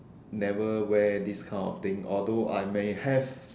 never wear this kind of thing although I may have